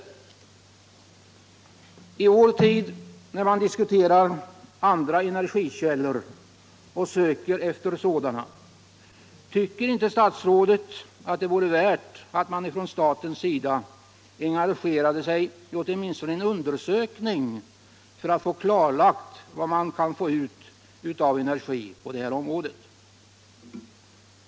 | Tycker inte statsrådet att det i vår tid — när man diskuterar andra | energikällor och söker efter sådana — vore värt att staten engagerade sig i åtminstone en undersökning för att få klarlagt vad man kan få | ut i form av energi på det här området?